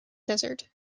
desert